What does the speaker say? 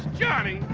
johnny